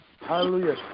Hallelujah